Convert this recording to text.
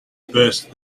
burst